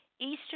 Eastern